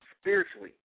Spiritually